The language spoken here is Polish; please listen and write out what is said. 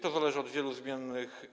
To zależy od wielu zmiennych.